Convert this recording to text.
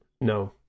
No